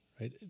right